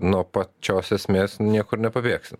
nuo pačios esmės niekur nepabėgsi